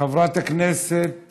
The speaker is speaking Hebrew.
חברת הכנסת